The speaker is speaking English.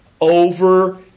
over